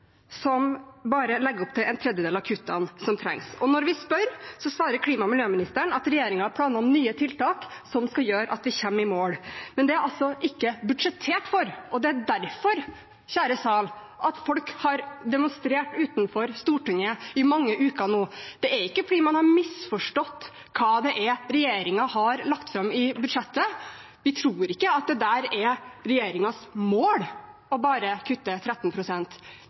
til bare en tredjedel av kuttene som trengs. Når vi spør, svarer klima- og miljøministeren at regjeringen har planer om nye tiltak som skal gjøre at vi kommer i mål – men det er det ikke budsjettert for. Det er derfor, kjære sal, folk har demonstrert utenfor Stortinget i mange uker nå. Det er ikke fordi man har misforstått hva regjeringen har lagt fram i budsjettet. Vi tror ikke at det er regjeringens mål å kutte bare